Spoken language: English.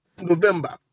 November